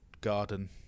garden